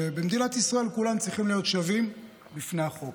שבמדינת ישראל כולם צריכים להיות שווים בפני החוק,